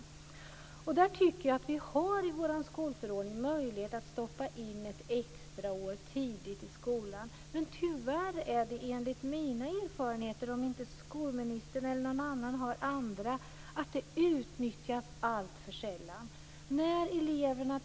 I och med vår skolförordning finns det möjlighet att stoppa in ett extraår tidigt i skolan, men enligt mina erfarenheter utnyttjas det alltför sällan. Skolministern eller någon annan har kanske andra erfarenheter.